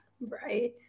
right